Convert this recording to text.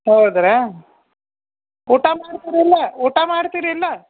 ಹೌದಾ ಊಟ ಮಾಡ್ತೀರೋ ಇಲ್ಲ ಊಟ ಮಾಡ್ತೀರೋ ಇಲ್ಲ